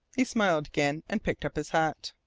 he smiled again, and picked up his hat.